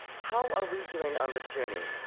how are we doing on this journey?